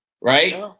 right